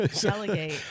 delegate